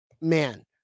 man